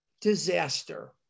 disaster